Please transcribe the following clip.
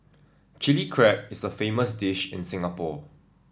Chilli Crab is a famous dish in Singapore